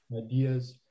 ideas